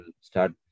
start